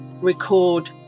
record